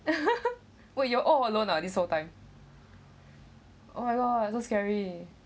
wait you all alone ah this whole time oh my god so scary